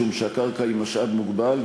משום שהקרקע היא משאב מוגבל.